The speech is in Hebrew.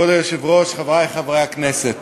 כבוד היושב-ראש, חברי חברי הכנסת,